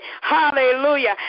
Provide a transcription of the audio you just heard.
Hallelujah